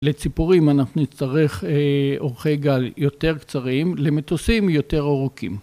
לציפורים אנחנו נצטרך אורכי גל יותר קצרים, למטוסים יותר אורוכים.